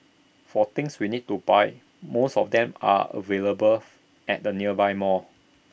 for things we need to buy most of them are available at the nearby malls